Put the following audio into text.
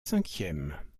cinquième